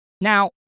Now